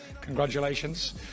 congratulations